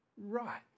right